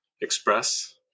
Express